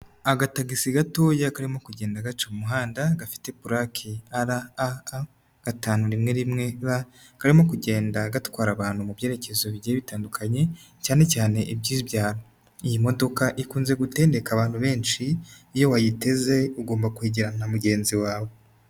Agatagisi gatoya karimo kugenda gaca mu muhanda, gafite pulake ara a ka gatanu rimwe rimwe ba, karimo kugenda gatwara abantu mu byerekezo bigiye bitandukanye, cyane cyane iby'ibyaro. Iyi modoka ikunze gutendeka abantu benshi iyo wayiteze ugomba kwegerana na mugenzi wawe.